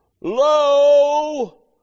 Lo